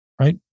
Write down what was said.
right